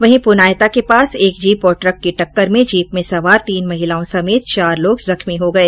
वहीं पुनायता के पास एक जीप और ट्रक की टक्कर में जीप में सवार तीन महिलाओं समेत चार लोग जख्मी हो गए